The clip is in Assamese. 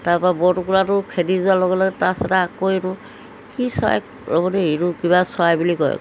তাৰপৰা বৰটোকোলাটো খেদি যোৱাৰ লগে লগে তাৰপাছতে আকৌ এইটো কি চৰাই ৰ'ব দেই এইটো কিবা চৰাই এইটো কিবা চৰাই বুলি কয়